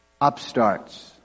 upstarts